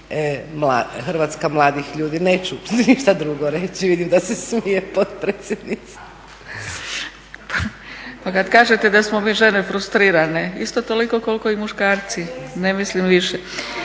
Hrvatska mladih ljudi. Neću ništa drugo reći, vidim da se smije potpredsjednica. **Zgrebec, Dragica (SDP)** Pa kad kažete da smo mi žene frustrirane, isto toliko koliko i muškarci, ne mislim više.